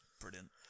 brilliant